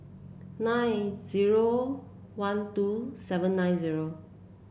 nine zero one two seven nine zero